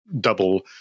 double